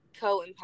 co